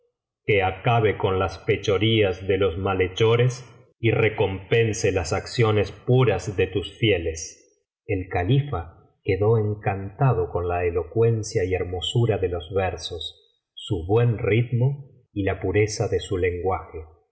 petnah acabe con las fechorías de los malhechores y recompense las acciones puras de tus fieles el califa quedó encantado con la elocuencia y hermosura de los versos su buen ritmo y la pureza de su lenguaje